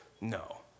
No